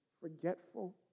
forgetful